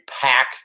pack